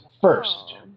First